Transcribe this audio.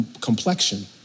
complexion